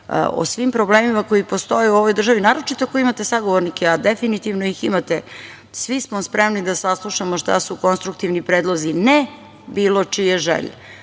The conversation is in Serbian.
o svim problemima koji postoje u ovoj državi, naročito ako imate sagovornike, a definitivno ih imate. Svi smo spremni da saslušamo šta su konstruktivni predlozi - ne bilo čije želje.